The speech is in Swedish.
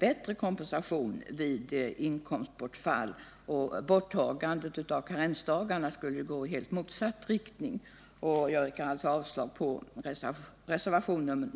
bättre kompensation vid inkomstbortfall. Ett införande av karensdagar skulle gå i motsatt riktning. Jag yrkar alltså avslag på reservationen 2.